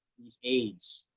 these aides,